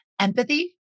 Empathy